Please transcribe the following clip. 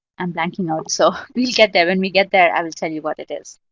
i'm blanking out. so we'll get there when we get there. i will tell you what it is.